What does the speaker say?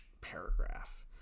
paragraph